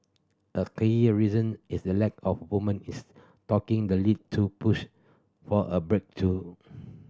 a key reason is the lack of women is taking the lead to push for a breakthrough